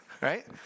right